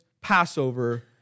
Passover